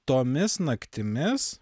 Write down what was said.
tomis naktimis